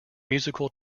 musical